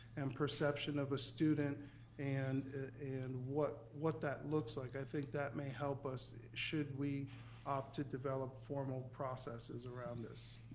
and perception of the student and and what what that looks like, i think that may help us, should we opt to develop formal processes around this.